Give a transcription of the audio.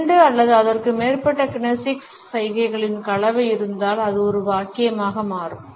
இரண்டு அல்லது அதற்கு மேற்பட்ட கினெசிக்ஸ் சைகைகளின் கலவை இருந்தால் அது ஒரு வாக்கியமாக மாறும்